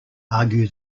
argue